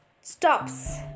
stops